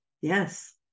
yes